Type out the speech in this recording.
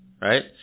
right